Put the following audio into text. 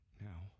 now